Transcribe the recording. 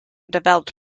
developed